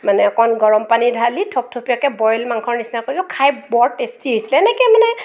মানে অকণ গৰমপানী ঢালি থপথপীয়াকৈ বইল মাংসৰ নিচিনাকৈ খাই বৰ টেষ্টি হৈছিলে এনেকৈ মানে